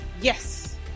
Yes